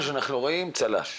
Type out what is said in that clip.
היכן שאנחנו רואים צל"ש.